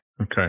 Okay